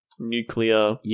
nuclear